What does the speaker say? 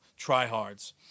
tryhards